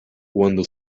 cuando